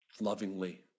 lovingly